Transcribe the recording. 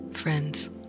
Friends